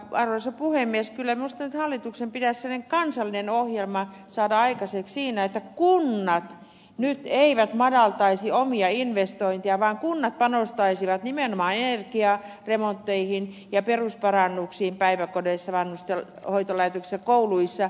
kyllä minusta nyt hallituksen pitäisi sellainen kansallinen ohjelma saada aikaiseksi siinä että kunnat nyt eivät madaltaisi omia investointejaan vaan kunnat panostaisivat nimenomaan energiaremontteihin ja perusparannuksiin päiväkodeissa vanhusten hoitolaitoksissa ja kouluissa